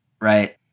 right